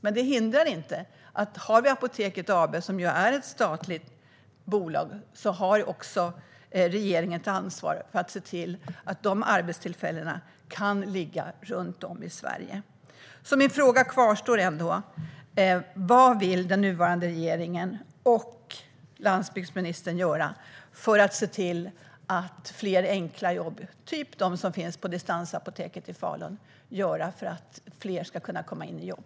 Men eftersom vi har det statliga bolaget Apoteket AB har regeringen ett ansvar för att se till att dessa arbetstillfällen kan finnas runt om i Sverige. Min fråga kvarstår: Vad vill regeringen och landsbygdsministern göra för att det ska bli fler enkla jobb av den typ som finns på distansapoteket i Falun, så att fler kan komma in i jobb?